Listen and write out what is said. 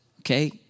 Okay